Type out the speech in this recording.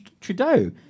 Trudeau